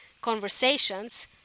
conversations